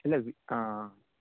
இல்லை ஆ ஆ